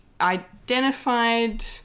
identified